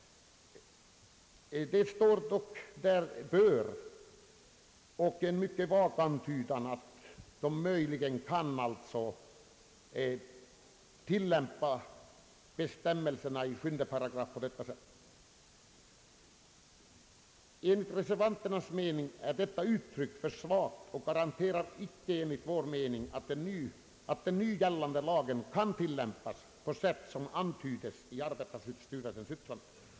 Det står dock där »bör» och en mycket vag antydan att bestämmelserna i 7 § möjligen kan tilllämpas på detta sätt. Enligt reservanternas mening är detta uttryck för svagt, och det garanterar icke att den nu gällande lagen kan tillämpas på sätt som antydes i arbetarskyddsstyrelsens yttrande.